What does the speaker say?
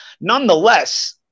nonetheless